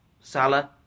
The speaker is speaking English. Salah